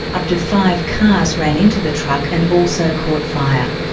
up to five cars ran into the truck and also caught fire.